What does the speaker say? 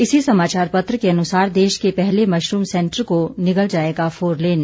इसी समाचार पत्र के अनुसार देश के पहले मशरूम सेंटर को निगल जाएगा फोरलेन